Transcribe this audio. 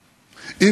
החנוכה.